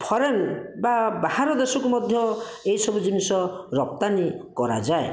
foreign ବା ବାହାର ଦେଶକୁ ମଧ୍ୟ ଏହି ସବୁ ଜିନିଷ ରପ୍ତାନି କରାଯାଏ